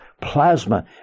plasma